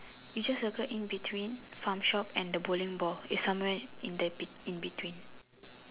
you just circle in between farm shop and the bowling ball it's somewhere in there in between